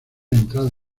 entrada